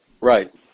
Right